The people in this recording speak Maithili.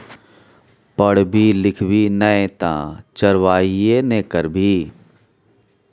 पढ़बी लिखभी नै तँ चरवाहिये ने करभी